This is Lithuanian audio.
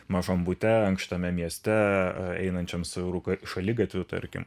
mažam bute ankštame mieste einančiam siauru šaligatviu tarkim